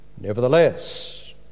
Nevertheless